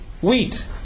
wheat